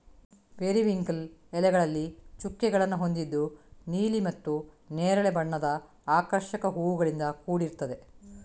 periwinkle ಎಲೆಗಳಲ್ಲಿ ಚುಕ್ಕೆಗಳನ್ನ ಹೊಂದಿದ್ದು ನೀಲಿ ಮತ್ತೆ ನೇರಳೆ ಬಣ್ಣದ ಆಕರ್ಷಕ ಹೂವುಗಳಿಂದ ಕೂಡಿರ್ತದೆ